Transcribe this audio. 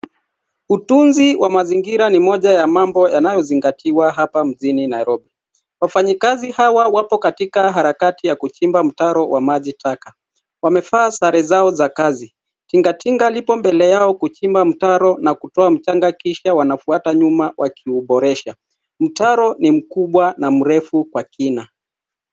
Utunzi wa mazingira ni moja ya mambo yanayozingatiwa hapa mjini Nairobi. Wafanyikazi hawa wapo katika harakati ya kuchimba mtaro wa maji taka. Wamevaa sare zao za kazi. Tingatinga lipo mbele yao kuchimba mtaro na kutoa mchanga kisha wanafuata nyuma wakiuboresha. Mtaro ni mkubwa na mrefu kwa kina.